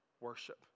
worship